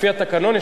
לפי התקנון,